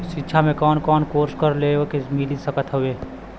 शिक्षा मे कवन कवन कोर्स पर लोन मिल सकत हउवे?